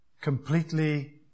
completely